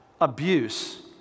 abuse